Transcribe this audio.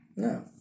No